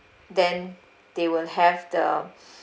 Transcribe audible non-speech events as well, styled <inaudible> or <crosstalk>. then they will have the <breath>